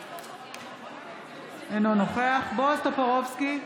אינו נוכח בועז טופורובסקי,